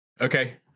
Okay